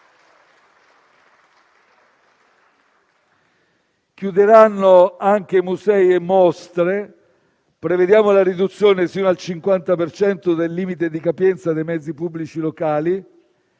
Chiuderanno anche musei e mostre. Prevediamo la riduzione fino al 50 per cento del limite di capienza dei mezzi pubblici locali.